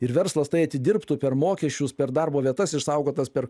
ir verslas tai atidirbtų per mokesčius per darbo vietas išsaugotas per